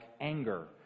anger